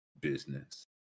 business